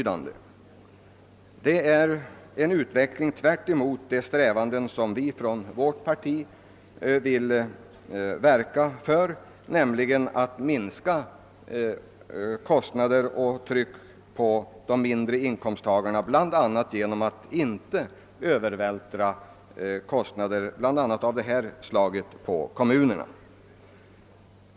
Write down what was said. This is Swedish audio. Det är en utveckling som går tvärtemot vad vi i centerpartiet vill verka för, nämligen en minskning av kostnaderna för och det ekonomiska trycket på de mindre inkomsttagarna, vilket bl.a. skulle kunna uppnås genom att inte övervältra kostnader av det här slaget på kommunerna.